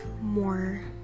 more